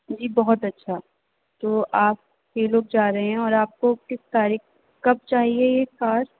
جی بہت اچھا تو آپ چھ لوگ جا رہے ہیں اور آپ کو کس تاریخ کب چاہیے یہ کار